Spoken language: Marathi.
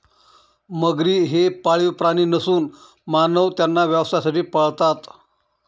मगरी हे पाळीव प्राणी नसून मानव त्यांना व्यवसायासाठी पाळतात